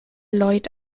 lloyd